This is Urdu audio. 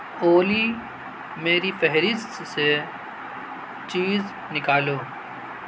اولی میری فہرست سے چیز نکالو